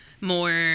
more